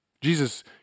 Jesus